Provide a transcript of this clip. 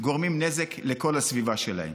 גורמים נזק לכל הסביבה שלהם.